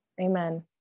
Amen